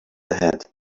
ahead